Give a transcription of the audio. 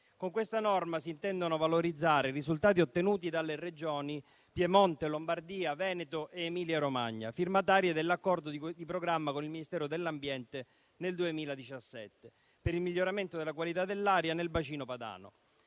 Con questa norma si intendono valorizzare i risultati ottenuti dalle Regioni Piemonte, Lombardia, Veneto ed Emilia-Romagna, firmatarie dell'accordo di programma con il Ministero dell'ambiente nel 2017, per il miglioramento della qualità dell'aria nel bacino padano.